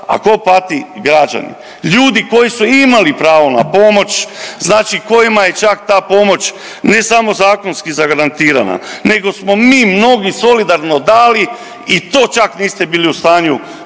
ko pati, građani, ljudi koji su imali pravo na pomoć, znači kojima je čak ta pomoć ne samo zakonski zagarantirana nego smo mi mnogi solidarno dali i to čak niste bili u stanju pravedno